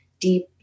deep